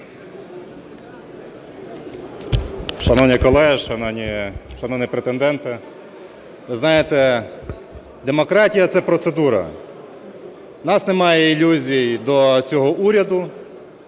Шановні колеги! Шановні претенденти! Ви знаєте, демократія – це процедура. У нас немає ілюзій до цього уряду